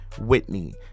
Whitney